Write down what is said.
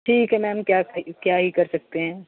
ठीक है मैम क्या ही क्या ही कर सकते हैं